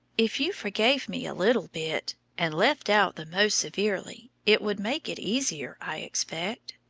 if you forgave me a little bit, and left out the most severely it would make it easier, i expect.